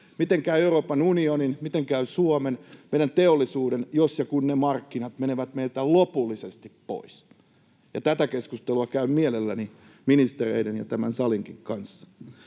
Miten käy Euroopan unionin, miten käy Suomen, meidän teollisuuden, jos ja kun ne markkinat menevät meiltä lopullisesti pois? Tätä keskustelua käyn mielelläni ministereiden ja tämän salinkin kanssa.